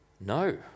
No